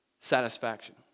satisfaction